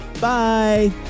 Bye